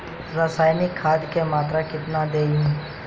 रसायनिक खाद के मात्रा केतना दी?